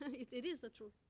it is the truth.